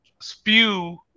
spew